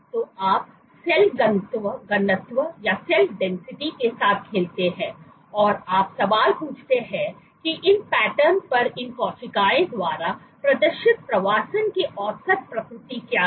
तो आप सेल घनत्व के साथ खेलते हैं और आप सवाल पूछते हैं कि इन पैटर्न पर इन कोशिकाओं द्वारा प्रदर्शित प्रवासन की औसत प्रकृति क्या है